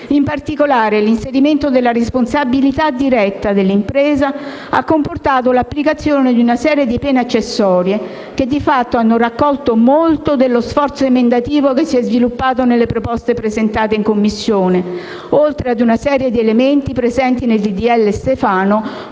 In particolare, l'inserimento della responsabilità diretta dell'impresa ha comportato l'applicazione di una serie di pene accessorie, che di fatto hanno raccolto molto dello sforzo emendativo che si è sviluppato nelle proposte presentate in Commissione, oltre a una serie di elementi presenti nel disegno